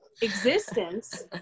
existence